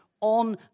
on